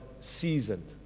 seasoned